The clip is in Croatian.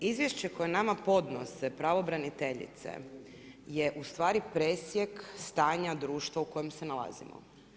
Izvješće koje nama podnose pravobraniteljice je u stvari presjek stanja društva u kojem se nalazimo.